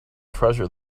treasure